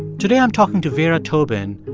today i'm talking to vera tobin,